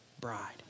bride